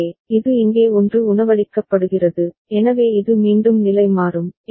எனவே இது இங்கே 1 உணவளிக்கப்படுகிறது எனவே இது மீண்டும் நிலைமாறும்